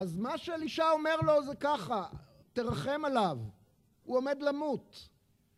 אז מה שאלישע אומר לו זה ככה, תרחם עליו, הוא עומד למות.